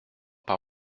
par